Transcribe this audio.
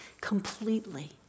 completely